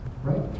right